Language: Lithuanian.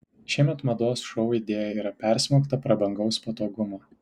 šiemet mados šou idėja yra persmelkta prabangaus patogumo